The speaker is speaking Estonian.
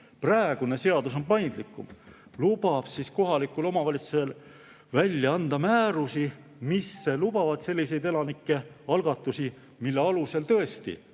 Praegune seadus on paindlikum, lubab kohalikul omavalitsusel anda määrusi, mis lubavad selliseid elanike algatusi, mille alusel on tõesti